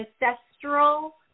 ancestral